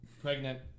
Pregnant